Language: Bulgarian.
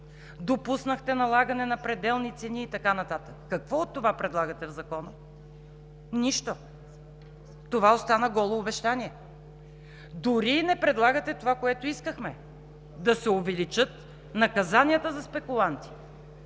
Допуснахте налагане на пределни цени и така нататък. Какво от това предлагате в Закона? Нищо! Това остана голо обещание! Дори не предлагате това, което искахме – да се увеличат наказанията за спекулантите!